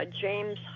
James